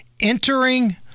entering